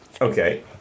Okay